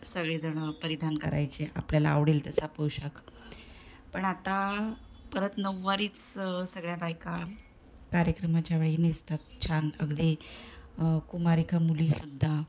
सगळेजण परिधान करायचे आपल्याला आवडेल तसा पोषाख पण आता परत नऊवारीच सगळ्या बायका कार्यक्रमाच्या वेळी नेसतात छान अगदी कुमारिका मुली सुद्धा